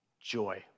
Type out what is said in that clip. Joy